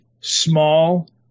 small